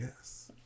yes